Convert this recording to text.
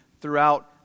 throughout